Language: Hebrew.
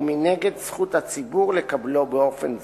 ומנגד, זכות הציבור לקבלו באופן זה.